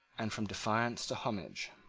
and from defiance to homage.